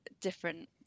different